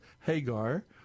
Hagar